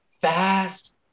fast